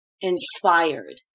inspired